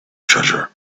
treasure